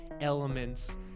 elements